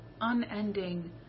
unending